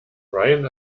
rayen